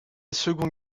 seconde